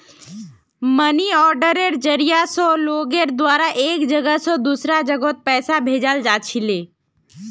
money आर्डरेर जरिया स लोगेर द्वारा एक जगह स दूसरा जगहत पैसा भेजाल जा छिले